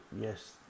yes